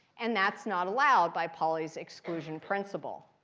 and that's not allowed by pauli's exclusion principle.